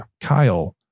Kyle